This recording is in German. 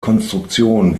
konstruktion